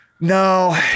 No